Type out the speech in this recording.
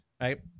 right